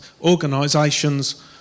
organisations